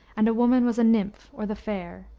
and a woman was a nymph or the fair,